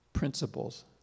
Principles